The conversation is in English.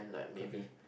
okay